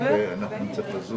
אנחנו מציעים,